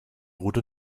route